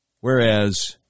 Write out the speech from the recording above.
Whereas